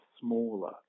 smaller